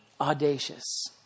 audacious